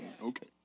Okay